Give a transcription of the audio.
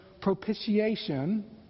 propitiation